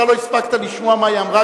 אתה לא הספקת לשמוע מה היא אמרה,